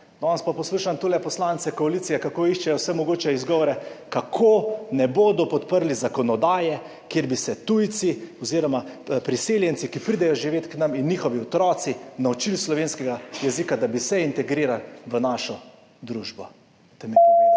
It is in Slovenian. Danes pa poslušam tule poslance koalicije, kako iščejo vse mogoče izgovore, kako ne bodo podprli zakonodaje, kjer bi se tujci oziroma priseljenci, ki pridejo živet k nam, in njihovi otroci naučili slovenskega jezika, da bi se integrirali v našo družbo. Dajte mi povedati,